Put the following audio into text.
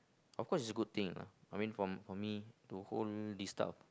of course it's a good thing you know I mean for for me to hold this style